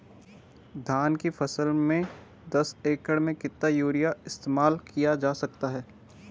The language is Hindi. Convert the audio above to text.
धान की फसल में दस एकड़ में कितना यूरिया इस्तेमाल किया जा सकता है?